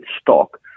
stock